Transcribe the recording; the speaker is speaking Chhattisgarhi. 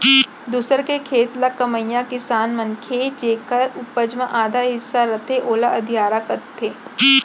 दूसर के खेत ल कमइया किसान मनखे जेकर उपज म आधा हिस्सा रथे ओला अधियारा कथें